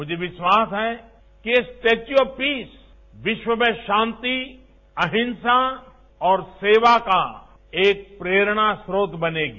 मुझे विश्वास है कि ये स्टेचू ऑफ पीस विश्व में शांति अहिंसा और सेवा का एक प्रेरणास्रोत बनेगी